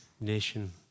nation